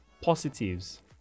positives